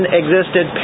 existed